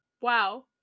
Wow